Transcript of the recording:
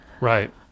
Right